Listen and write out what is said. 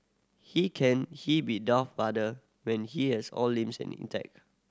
he can he be Darth Vader when he has all limbs in a intact